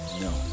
No